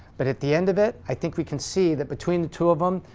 but at the end of it, i think we can see that between the two of them,